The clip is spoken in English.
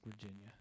Virginia